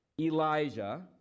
Elijah